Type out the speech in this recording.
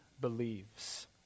believes